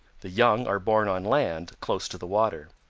the young are born on land close to the water.